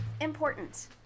Important